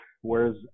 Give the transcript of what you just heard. whereas